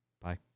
Bye